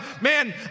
man